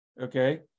okay